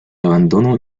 abandono